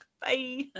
Bye